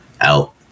out